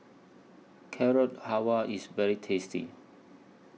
Carrot Halwa IS very tasty